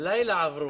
הלילה עברו.